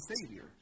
Savior